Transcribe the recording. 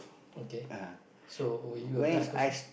okay so were you a bad person